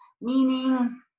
Meaning